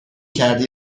کردی